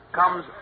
comes